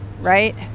right